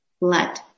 blood